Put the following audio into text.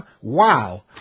Wow